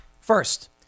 First